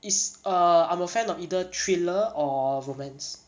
is err I'm a fan of either thriller or romance